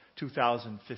2015